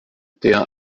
der